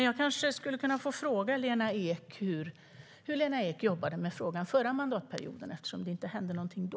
Jag kanske skulle kunna få fråga Lena Ek hur hon jobbade med frågan förra mandatperioden eftersom det inte hände någonting då.